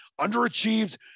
underachieved